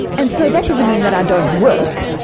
and so that doesn't mean that i don't work.